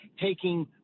taking